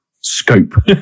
scope